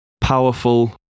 powerful